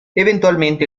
eventualmente